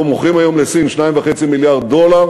אנחנו מוכרים היום לסין ב-2.5 מיליארד דולר.